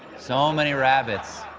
so many rabbits.